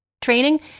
training